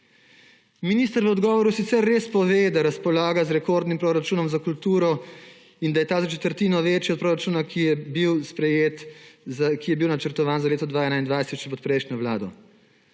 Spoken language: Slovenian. Minister v odgovoru sicer res pove, da razpolaga z rekordnim proračunom za kulturo in da je ta za četrtino večji od proračuna, ki je bil načrtovan za leto 2021 še pod prejšnjo vlado.